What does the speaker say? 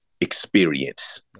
experience